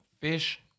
Fish